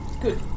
Good